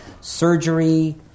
surgery